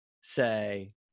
say